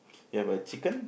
you have a chicken